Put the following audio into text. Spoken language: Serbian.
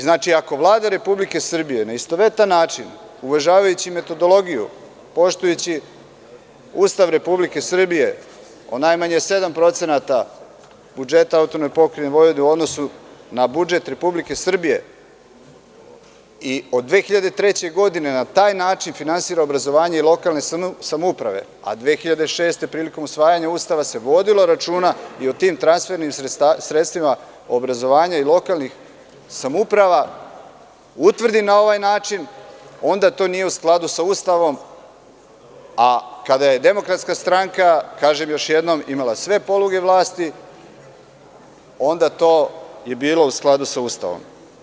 Znači, ako Vlada Republike Srbije na istovetan način, uvažavajući metodologiju, poštujući Ustav Republike Srbije o najmanje 7% budžeta AP Vojvodine u odnosu na budžet Republike Srbije i od 2003. godine na taj način finansira obrazovanje i lokalne samouprave, a 2006. godine se prilikom usvajanja Ustava vodilo računa i o tim transfernim sredstvima obrazovanja i lokalnih samouprava, utvrdi na ovaj način, onda to nije u skladu sa Ustavom, a kada je DS, kažem još jednom, imala sve poluge vlasti, onda je to bilo u skladu sa Ustavom.